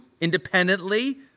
independently